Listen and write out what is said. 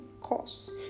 cost